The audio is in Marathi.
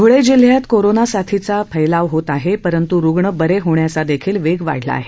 धुळे जिल्ह्यात कोरोना साथीचा फैलाव होत आहे परंतू रुग्ण बरे होण्याचा देखील वेग वाढला आहे